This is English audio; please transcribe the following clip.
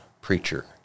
preacher